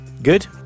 Good